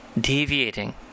deviating